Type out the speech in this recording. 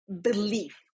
Belief